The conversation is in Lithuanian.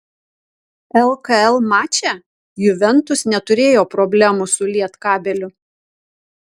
lkl mače juventus neturėjo problemų su lietkabeliu